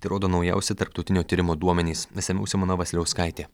tai rodo naujausi tarptautinio tyrimo duomenys išsamiau simona vasiliauskaitė